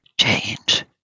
change